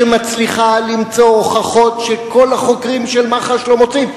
שמצליחה למצוא הוכחות שכל החוקרים של מח"ש לא מוצאים,